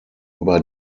über